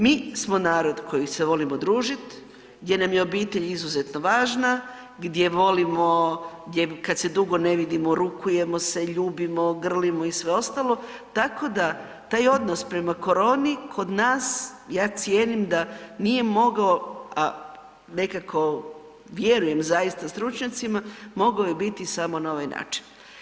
Mi smo narod koji se volimo družiti, gdje nam je obitelj izuzetno važna, gdje volimo kada se dugo ne vidimo rukujemo se, ljubimo, grlimo i sve ostalo, tako da taj odnos prema koroni kod nas, ja cijenim da nije mogao nekako vjerujem zaista stručnjacima, mogao je biti samo na ovaj način.